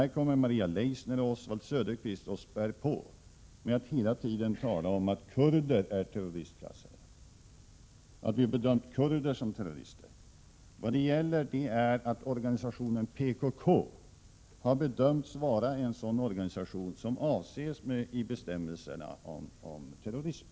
Sedan kommer Maria Leissner och Oswald Söderqvist och späder på 24 maj 1988 med att hela tiden tala om att kurder är terroristklassade. Om slopande av kom Vad det gäller är att organisationen PKK har bedömts vara en sådan 4 eg 3 a 3 ... munarrestenligt organisation som avses i bestämmelserna om terrorism.